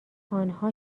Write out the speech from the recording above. آنها